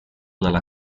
dalla